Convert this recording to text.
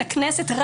לכנסת,